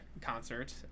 concert